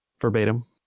Verbatim